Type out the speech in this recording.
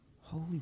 Holy